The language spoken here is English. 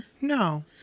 No